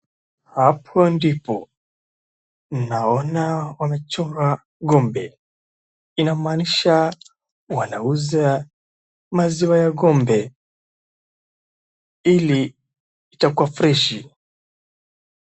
Hapa ndipo. Naona wamechonga ngombe. Inamaansha wanauza maziwa ya ngombe ili itakuwa (cs)fresh(cs).